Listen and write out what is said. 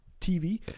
TV